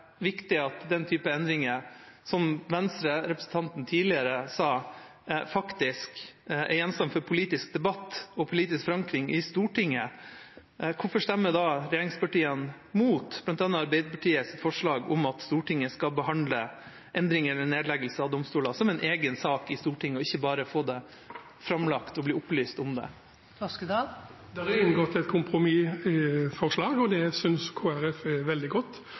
viktig at den typen endringer, som venstrerepresentanten tidligere sa, faktisk er gjenstand for politisk debatt og forankring i Stortinget, hvorfor stemmer regjeringspartiene da mot bl.a. Arbeiderpartiets forslag om at Stortinget skal behandle endringer eller nedleggelse av domstoler som en egen sak i Stortinget, og ikke bare få dem framlagt og bli opplyst om dem? Det er inngått et kompromissforslag, og det synes Kristelig Folkeparti er veldig godt.